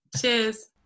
Cheers